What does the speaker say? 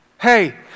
Hey